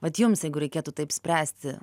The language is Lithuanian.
vat jums jeigu reikėtų taip spręsti